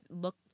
look